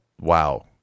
Wow